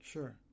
Sure